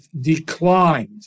declined